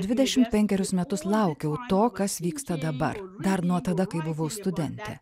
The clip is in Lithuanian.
dvidešimt penkerius metus laukiau to kas vyksta dabar dar nuo tada kai buvau studentė